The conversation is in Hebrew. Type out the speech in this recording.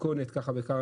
כמו שאמרתי,